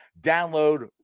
download